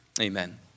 Amen